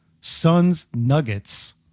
Suns-Nuggets